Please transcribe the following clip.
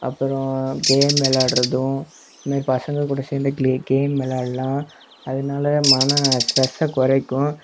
அப்புறம் கேம் விளையாட்றதும் இதுமாதிரி பசங்கக்கூட சேர்ந்து கிலே கேம் விளாட்லாம் அதனால மன ஸ்ட்ரெஸ்ஸை குறைக்கும்